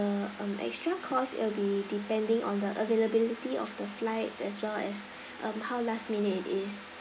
um extra cost it'll be depending on the availability of the flights as well as um how last minute it is